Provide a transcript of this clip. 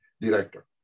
director